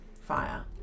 fire